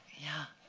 yeah.